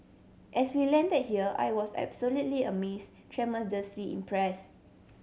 as we land here I was absolutely amaze tremendously impress